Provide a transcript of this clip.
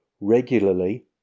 regularly